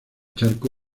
charco